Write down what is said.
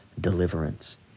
deliverance